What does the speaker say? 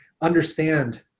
understand